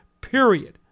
period